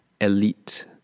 elite